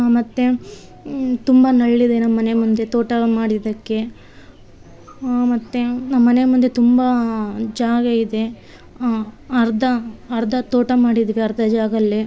ಮತ್ತು ತುಂಬ ನೆರಳಿದೆ ನಮ್ಮಮನೆ ಮುಂದೆ ತೋಟ ಮಾಡಿದಕ್ಕೆ ಮತ್ತು ನಮ್ಮಮನೆ ಮುಂದೆ ತುಂಬ ಜಾಗ ಇದೆ ಅರ್ಧ ಅರ್ಧ ತೋಟ ಮಾಡಿದೀವಿ ಅರ್ಧ ಜಾಗದಲ್ಲಿ